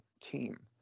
team